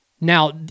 Now